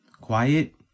quiet